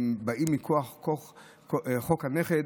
באים מכוח חוק הנכד,